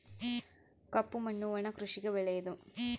ಕಪ್ಪು ಮಣ್ಣು ಒಣ ಕೃಷಿಗೆ ಒಳ್ಳೆಯದು